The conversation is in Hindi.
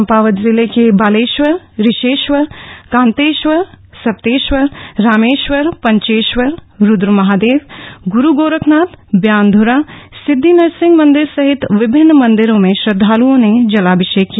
चम्पावत जिले के बालेश्वर रिशेश्वर कान्तेश्वर सप्तेश्वर रामेश्वर पंचेश्वर रुद्रमहादेव ग्रु गोरखनाथ ब्यानध्रा सिद्ध नरसिंह मन्दिर सहित विभिन्न मंदिरों में श्रदधालुओं ने जलाभिषेक किया